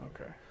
Okay